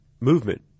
movement